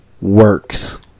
Works